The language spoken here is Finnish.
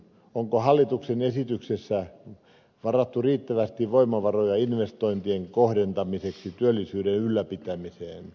onko hallituksen esityksessä varattu riittävästi voimavaroja investointien kohdentamiseen työllisyyden ylläpitämiseen